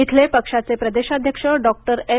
इथले पक्षाचे प्रदेशाध्यक्ष डॉक्टर एल